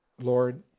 Lord